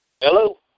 Hello